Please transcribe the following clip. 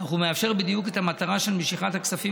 אך הוא מאפשר בדיוק את המטרה של משיכת הכספים